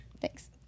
Thanks